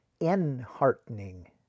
enheartening